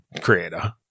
creator